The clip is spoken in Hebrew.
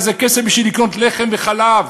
אלא זה כסף בשביל לקנות לחם וחלב,